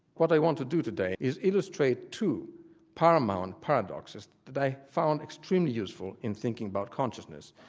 what i want to do today is illustrate two paramount paradoxes that i found extremely useful in thinking about consciousness,